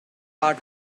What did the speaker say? heart